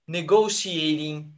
negotiating